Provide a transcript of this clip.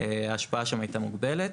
ההשפעה שם הייתה מוגבלת.